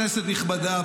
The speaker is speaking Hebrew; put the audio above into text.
כנסת נכבדה,